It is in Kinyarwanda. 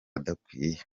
adakwiye